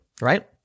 right